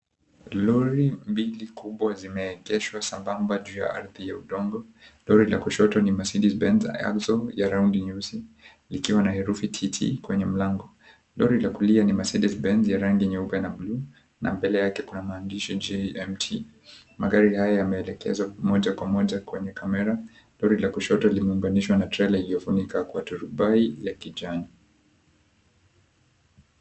Lori mbili kubwa zimeegeshwa sambamba juu ya ardhi ya udongo. Lori ya kushoto ni Mercedes- Benz au so Ya roundi nyeusi likiwa na herufi TT kwenye mlango. Lori ya kulia ni Mercedes-Benz ya rangi nyeupe na buluu na mbele yake kuna maandishi, MT. Magari haya yameegeshwa Moja kwa moja kwenye kamera. Lori ya kushoto limeunganishwa na trela iliyofunikwa kwa turubai ya kijani.